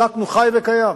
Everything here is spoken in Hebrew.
צעקנו: חי וקיים,